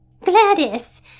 Gladys